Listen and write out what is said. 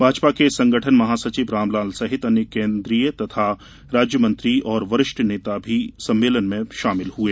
भाजपा के संगठन महासचिव रामलाल सहित अनेक केन्द्रीय तथा राज्य मंत्री और वरिष्ठ नेता भी सम्मेलन में शामिल हुए